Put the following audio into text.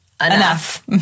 Enough